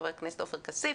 חבר הכנסת עופר כסיף,